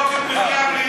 דבר על יוקר המחיה בלי,